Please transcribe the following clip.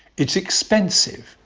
it's expensive.